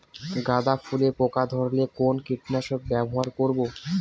গাদা ফুলে পোকা ধরলে কোন কীটনাশক ব্যবহার করব?